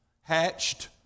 hatched